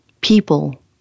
people